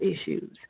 issues